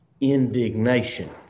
indignation